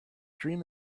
dream